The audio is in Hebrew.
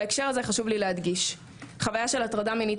בהקשר הזה חשוב לי להדגיש שחוויה של הטרדה מינית